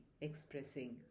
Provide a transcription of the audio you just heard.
expressing